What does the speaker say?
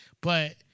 But-